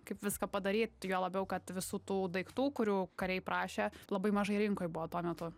kaip viską padaryt juo labiau kad visų tų daiktų kurių kariai prašė labai mažai rinkoj buvo tuo metu